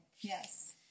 Yes